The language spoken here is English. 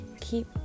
Keep